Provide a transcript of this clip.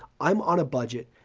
i'm on a budget,